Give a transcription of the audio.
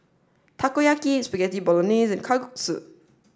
Takoyaki Spaghetti Bolognese and Kalguksu